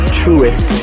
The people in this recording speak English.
truest